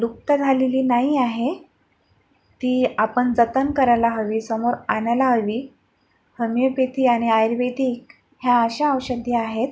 लुप्त झालेली नाही आहे ती आपण जतन करायला हवी समोर आणायला हवी हमिओपॅथी आणि आयुर्वेदिक ह्या अशा औषधी आहेत